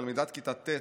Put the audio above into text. תלמידת כיתה ט',